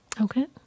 okay